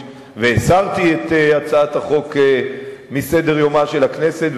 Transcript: והסרתי את הצעת החוק מסדר-יומה של הכנסת.